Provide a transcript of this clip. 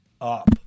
up